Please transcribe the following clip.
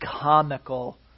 comical